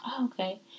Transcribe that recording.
okay